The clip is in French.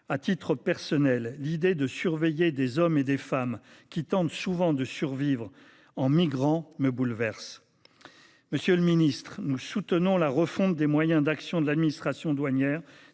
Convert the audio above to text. À titre personnel, l’idée de surveiller des hommes et des femmes qui tentent souvent de survivre en migrant me bouleverse. Monsieur le ministre, nous soutenons la refonte des moyens d’action de l’administration douanière.